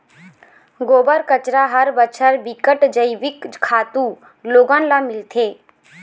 गोबर, कचरा हर बछर बिकट जइविक खातू लोगन ल मिलथे